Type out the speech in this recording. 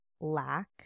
lack